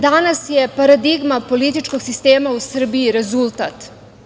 Danas je paradigma političkog sistema u Srbiji rezultat.